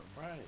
Right